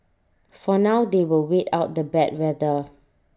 for now they will wait out the bad weather